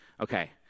Okay